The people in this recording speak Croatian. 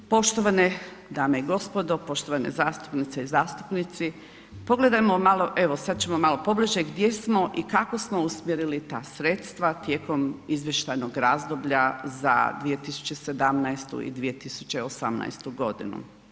Poštovane dame i gospodo, poštovane zastupnice i zastupnici, pogledajmo malo, evo sad ćemo malo pobliže gdje smo i kako smo usmjerili ta sredstva tijekom izvještajnog razdoblja za 2017. i 2018. godinu.